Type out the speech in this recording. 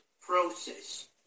process